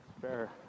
fair